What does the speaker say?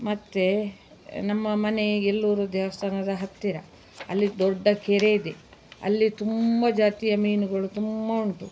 ಮತ್ತು ನಮ್ಮ ಮನೆ ಎಲ್ಲೂರು ದೇವಸ್ಥಾನದ ಹತ್ತಿರ ಅಲ್ಲಿ ದೊಡ್ಡ ಕೆರೆ ಇದೆ ಅಲ್ಲಿ ತುಂಬ ಜಾತಿಯ ಮೀನುಗಳು ತುಂಬ ಉಂಟು